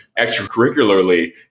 extracurricularly